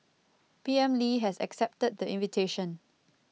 P M Lee has accepted the invitation